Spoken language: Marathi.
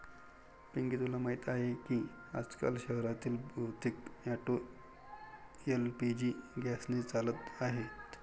पिंकी तुला माहीत आहे की आजकाल शहरातील बहुतेक ऑटो एल.पी.जी गॅसने चालत आहेत